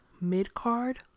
mid-card